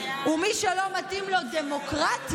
ומי שלא מתאים לו דמוקרטיה,